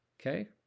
okay